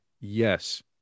yes